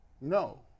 no